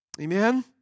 Amen